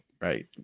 right